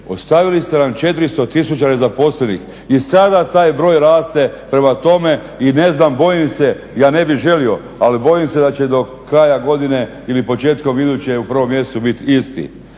ostavili sta nam 400 000 nezaposlenih i sada taj broj raste prema tome i ne znam, bojim se, ja ne bih želio ali bojim se da će do kraja godine ili početkom iduće u u 1. mjesecu biti isti.